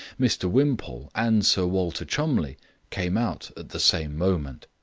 mr wimpole and sir walter cholmondeliegh came out at the same moment.